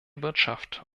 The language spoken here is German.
wirtschaft